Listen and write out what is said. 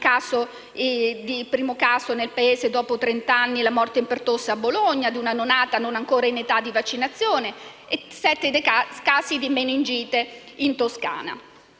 il primo caso nel Paese da trent'anni; la morte per pertosse a Bologna di una neonata non ancora in età di vaccinazione e sette casi di meningite in Toscana.